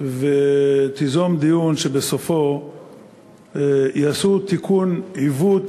ותיזום דיון שבסופו יעשו תיקון עיוות